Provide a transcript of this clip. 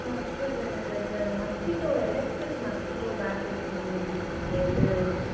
sir எனக்கு இந்த mosquito electric mosquito bat இருக்கு இல்லைங்களா அதே வந்து